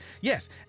yes